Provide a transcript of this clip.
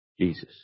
Jesus